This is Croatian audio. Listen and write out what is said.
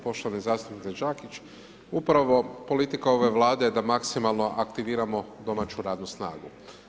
Poštovani zastupniče Đakić, upravo politika ove Vlade je da maksimalno aktiviramo domaću radnu snagu.